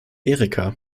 erika